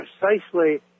precisely